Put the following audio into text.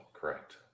correct